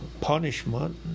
punishment